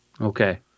Okay